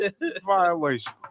Violation